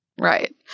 Right